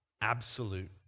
absolute